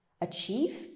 achieve